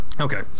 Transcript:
okay